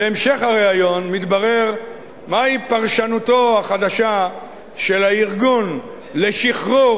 בהמשך הריאיון מתברר מהי פרשנותו החדשה של הארגון לשחרור